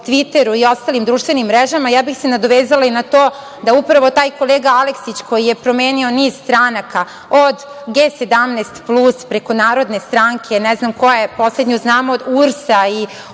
„Tviteru“ i ostalim društvenim mrežama, ja bih se nadovezala i na to da upravo taj kolega Aleksić koji je promenio niz stranaka od G17 plus, preko Narodne stranke, ne znam koje, poslednju znamo URS-a i